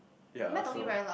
ya so